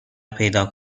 پیدا